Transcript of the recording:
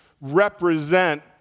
represent